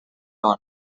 dona